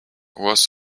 was